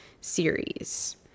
series